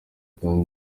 kandi